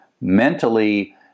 mentally